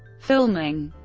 filming